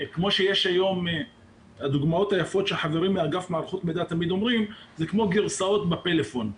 כמו שחברים מאגף מערכות מידע תמיד אומרים שזה כמו גרסאות בפלאפון.